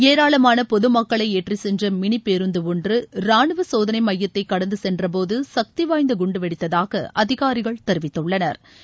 ஏராளமான பொது மக்களை ஏற்றிச்சென்ற மினி பேருந்து ஒன்று ராணுவ சோதனை மையத்தை கடந்து சென்ற போது சக்திவாய்ந்த குண்டு வெடித்ததாக அதிகாரிகள் தெரிவித்துள்ளனா்